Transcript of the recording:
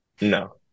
No